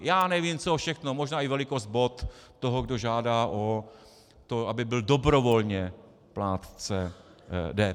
Já nevím, co všechno možné i velikost bot toho, kdo žádá o to, aby byl dobrovolně plátce DPH.